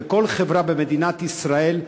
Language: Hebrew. כל חברה במדינת ישראל,